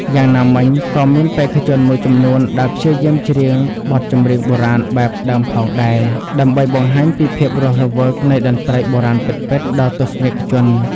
យ៉ាងណាមិញ ក៏មានបេក្ខជនមួយចំនួនដែលព្យាយាមច្រៀងបទចម្រៀងបុរាណបែបដើមផងដែរ ដើម្បីបង្ហាញពីភាពរស់រវើកនៃតន្ត្រីបុរាណពិតៗ ដល់ទស្សនិកជន។